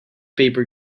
paper